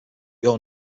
your